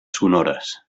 sonores